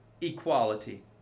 equality